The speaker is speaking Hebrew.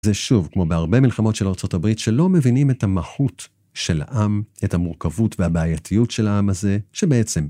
זה שוב, כמו בהרבה מלחמות של ארה״ב, שלא מבינים את המהות של העם, את המורכבות והבעייתיות של העם הזה, שבעצם...